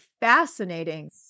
fascinating